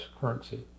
currency